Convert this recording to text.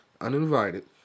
uninvited